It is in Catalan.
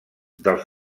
dels